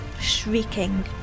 shrieking